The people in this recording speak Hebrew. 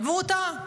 והוא טעה.